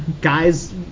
guys